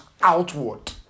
outward